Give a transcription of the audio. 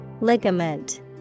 Ligament